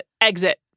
exit